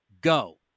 Go